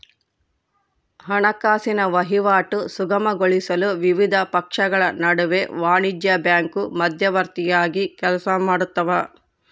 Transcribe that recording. ಹಣಕಾಸಿನ ವಹಿವಾಟು ಸುಗಮಗೊಳಿಸಲು ವಿವಿಧ ಪಕ್ಷಗಳ ನಡುವೆ ವಾಣಿಜ್ಯ ಬ್ಯಾಂಕು ಮಧ್ಯವರ್ತಿಯಾಗಿ ಕೆಲಸಮಾಡ್ತವ